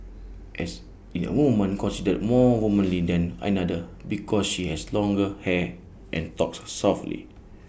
as in A woman considered more womanly than another because she has longer hair and talks softly